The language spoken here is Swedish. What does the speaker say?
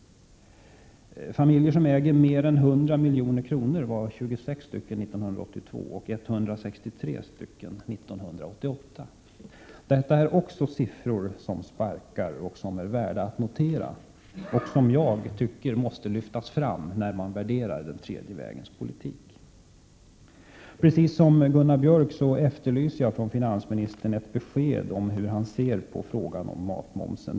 Också detta är siffror som sparkar och som är värda att notera, och jag tycker att de måste lyftas fram när man värderar den tredje vägens politik. Precis som Gunnar Björk efterlyser jag ett besked från finansministern om hur han ser på frågan om matmomsen.